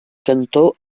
cantó